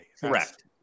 Correct